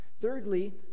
Thirdly